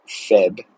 Feb